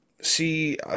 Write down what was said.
see